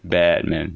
bad man